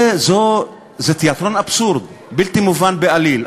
זה תיאטרון אבסורד, בלתי מובן בעליל.